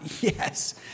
yes